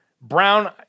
Brown